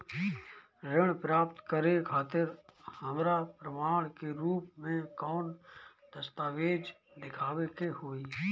ऋण प्राप्त करे खातिर हमरा प्रमाण के रूप में कौन दस्तावेज़ दिखावे के होई?